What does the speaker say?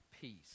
peace